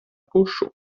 poŝo